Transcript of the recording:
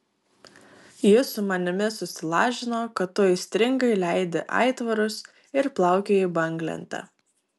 jis su manimi susilažino kad tu aistringai leidi aitvarus ir plaukioji banglente